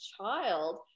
child